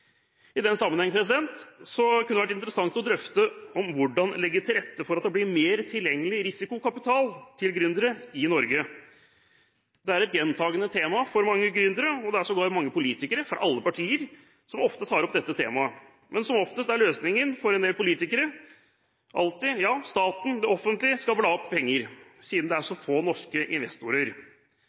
I den sammenheng kunne det vært interessant å ha drøftet hvordan man kan legge til rette for at det blir mer tilgjengelig risikokapital til gründere i Norge. Det er et gjentagende tema for mange gründere, og det er sågar mange politikere, fra alle partier, som ofte tar opp dette temaet. Men som oftest er løsningen for en del politikere at staten – det offentlige – alltid skal bla opp penger, siden det er så få norske investorer.